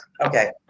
Okay